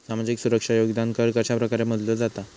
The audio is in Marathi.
सामाजिक सुरक्षा योगदान कर कशाप्रकारे मोजलो जाता